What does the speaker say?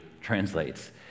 translates